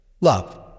Love